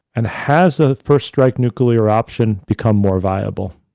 and has the first strike nuclear option become more viable?